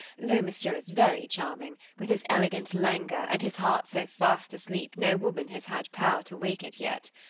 though monsieur is very charming, with his elegant languor, and his heart so fast asleep no woman has had power to wake it yet.